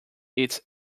its